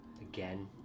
Again